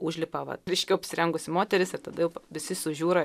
užlipa va ryškiau apsirengusi moteris ir tada jau visi sužiūra